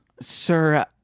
Sir